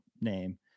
name